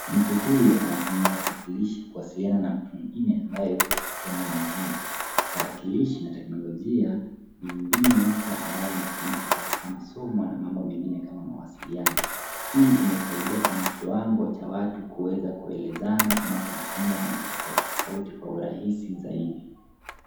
Mtu huyu anatumia tarakilishi kuwasiliana na mtu mwengine ambaye yuko sehemu ya nyingine. Tarakilishi na teknolojia ni mbinu mpya ambayo inatumika katika masomo na mambo mengine kama mawasiliano. Hii imesaidia sana kiwango cha watu kuweza kuelezana ama kujifunza mambo tofauti tofuti kwa urahisi zaidi.